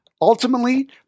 ultimately